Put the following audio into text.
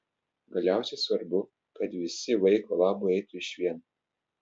galiausiai svarbu kad visi vaiko labui eitų išvien